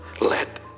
Let